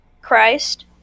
Christ